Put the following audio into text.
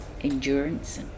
endurance